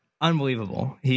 Unbelievable